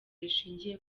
rishingiye